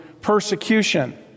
persecution